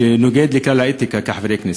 נוגד את כללי האתיקה של חברי הכנסת.